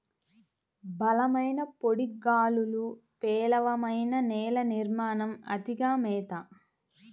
బలమైన పొడి గాలులు, పేలవమైన నేల నిర్మాణం, అతిగా మేత